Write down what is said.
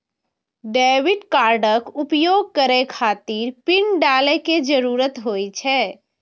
debit कार्डक उपयोग करै खातिर पिन डालै के जरूरत होइ छै